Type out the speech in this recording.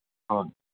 ꯍꯣꯏ